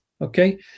okay